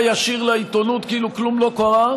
ישיר לעיתונות כאילו כלום לא קרה,